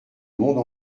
monde